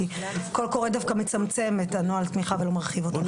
כי קול קורא דווקא מצמצם את נוהל התמיכה ולא מרחיב אותו.